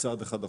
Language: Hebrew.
צעד אחד אחורה.